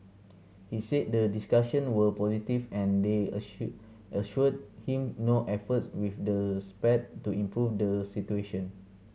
he said the discussion were positive and they assure assured him no efforts will the spared to improve the situation